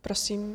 Prosím.